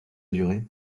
durer